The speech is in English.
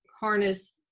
harness